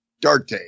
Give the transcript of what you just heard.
Darte